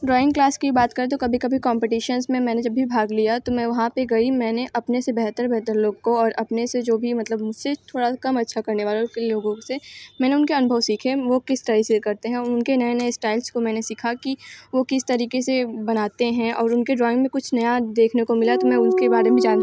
drawing class की बात करें तो कभी कभी कॉम्पटीशंस में मैंने जब भी भाग लिया तो मैं वहाँ पर गई मैंने अपने से बेहतर बेहतर लोगों को और अपने से जो भी मतलब मुझसे थोड़ा सा कम अच्छा करने वालों लोगों से मैंने उनके अनुभव सीखे वह किस तरह से करते हैं उनके नए नए स्टाइल्स को मैंने सीखा कि वह किस तरीके से बनाते हैं और उनके ड्रॉइंग में कुछ नया देखने को मिला तो मैं उसके बारे में जान